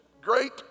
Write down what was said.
great